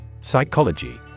Psychology